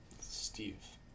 Steve